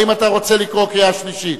האם אתה רוצה לקרוא קריאה שלישית?